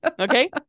okay